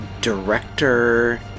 Director